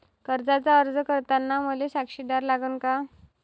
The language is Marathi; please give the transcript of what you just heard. कर्जाचा अर्ज करताना मले साक्षीदार लागन का?